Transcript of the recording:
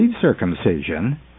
circumcision